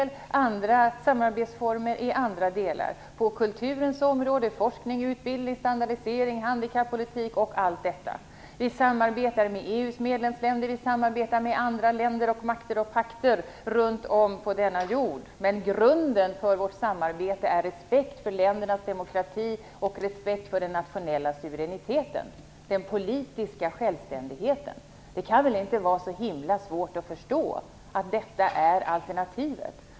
Andra samarbetsformer finns på kulturens område, forskningens, utbildningens, standardiseringens, handikappolitikens, osv. Vi samarbetar med EU:s medlemsländer och med andra länder, makter och pakter runt om på denna jord. Men grunden för vårt samarbete är respekt för ländernas demokrati, för den nationella suveräniteten och politiska självständigheten. Det kan väl inte vara så svårt att förstå att detta är alternativet?